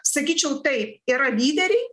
sakyčiau taip yra lyderiai